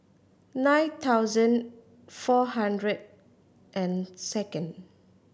nine thousand four hundred and second